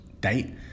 date